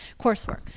coursework